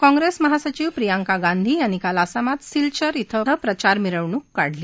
काँग्रेस महासचिव प्रियंका गांधी यांनी काल आसामात सिलचार क्वे प्रचार मिरवणूक काढली